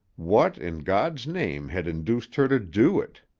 what, in god's name, had induced her to do it?